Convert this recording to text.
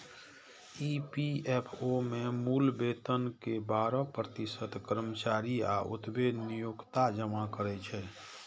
EPFO मे मूल वेतन के बारह प्रतिशत कर्मचारी आ ओतबे नियोक्ता जमा करै छै